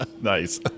nice